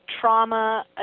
trauma